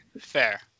Fair